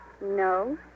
No